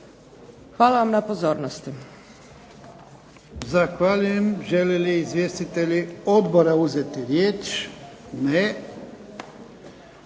Hvala vam na pozornosti.